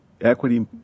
equity